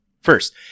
First